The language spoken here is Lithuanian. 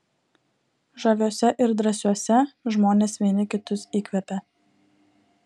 žaviuose ir drąsiuose žmonės vieni kitus įkvepia